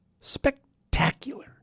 spectacular